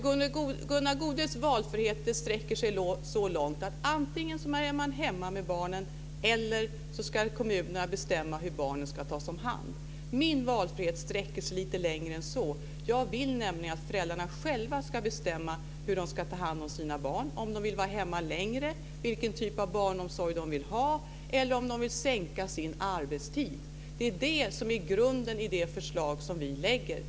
Gunnar Goudes valfrihet sträcker sig till att antingen är man hemma med barnen, eller också ska kommunerna bestämma hur barnen ska tas om hand. Min valfrihet sträcker sig lite längre än så. Jag vill nämligen att föräldrarna själva ska bestämma hur de ska ta hand om sina barn, om de vill vara hemma längre, vilken typ av barnomsorg de vill ha eller om de vill sänka sin arbetstid. Det är det som är grunden i det förslag vi lägger fram.